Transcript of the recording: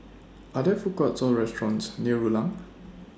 Are There Food Courts Or restaurants near Rulang